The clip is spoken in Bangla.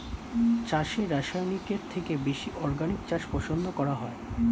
চাষে রাসায়নিকের থেকে বেশি অর্গানিক চাষ পছন্দ করা হয়